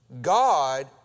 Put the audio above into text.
God